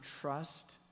trust